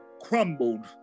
crumbled